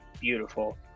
beautiful